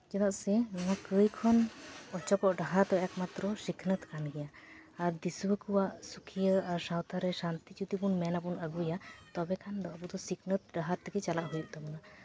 ᱪᱮᱫᱟᱜ ᱥᱮ ᱱᱚᱣᱟ ᱠᱟᱹᱭ ᱠᱷᱚᱱ ᱚᱪᱚᱜᱚᱜ ᱰᱟᱦᱟᱨ ᱫᱚ ᱮᱠᱢᱟᱛᱨᱚ ᱥᱤᱠᱷᱱᱟᱹᱛ ᱠᱟᱱ ᱜᱮᱭᱟ ᱟᱨ ᱫᱤᱥᱣᱟᱹ ᱠᱚᱣᱟᱜ ᱨᱩᱠᱷᱭᱟᱹ ᱟᱨ ᱥᱟᱱᱛᱤ ᱡᱩᱫᱤ ᱵᱚᱱ ᱢᱮᱱᱟᱵᱚᱱ ᱟᱹᱜᱩᱭᱟ ᱛᱚᱵᱮ ᱠᱷᱟᱱ ᱫᱚ ᱟᱵᱚ ᱫᱚ ᱥᱤᱠᱷᱟᱹᱛ ᱰᱟᱦᱟᱨ ᱛᱮᱜᱮ ᱪᱟᱞᱟᱜ ᱦᱩᱭᱩᱜ ᱛᱟᱵᱚᱱᱟ